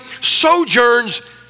sojourns